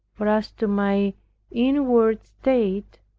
for as to my inward state,